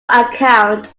account